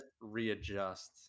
readjust